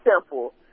simple